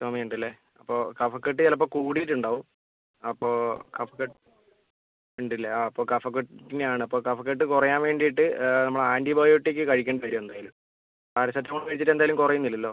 ചുമ ഉണ്ട് അല്ലേ അപ്പോൾ കഫക്കെട്ട് ചിലപ്പോൾ കൂടിയിട്ട് ഉണ്ടാവും അപ്പോൾ കഫക്കെട്ട് ഉണ്ട് ഇല്ലേ ആ അപ്പോൾ കഫക്കെട്ട് തന്നെ ആണ് അപ്പോൾ കഫക്കെട്ട് കുറയാൻ വേണ്ടിയിട്ട് നമ്മൾ ആൻറ്റിബയോട്ടിക്ക് കഴിക്കേണ്ടി വരും എന്തായാലും പാരസെറ്റാമോൾ കഴിച്ചിട്ട് എന്തായാലും കുറയുന്നില്ലല്ലോ